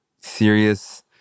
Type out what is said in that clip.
serious